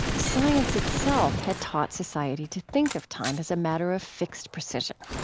science itself had taught society to think of time as a matter of fixed precision.